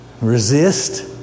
Resist